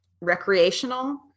recreational